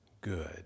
good